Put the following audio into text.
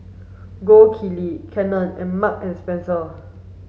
Gold Kili Canon and Marks and Spencer